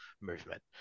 movement